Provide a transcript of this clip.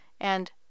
and